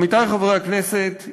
עמיתי חברי הכנסת,